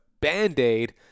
band-aid